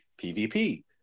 PvP